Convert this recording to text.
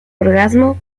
orgasmo